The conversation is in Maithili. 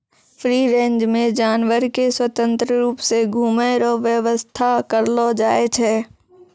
फ्री रेंज मे जानवर के स्वतंत्र रुप से घुमै रो व्याबस्था करलो जाय छै